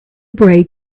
braid